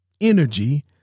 energy